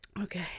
Okay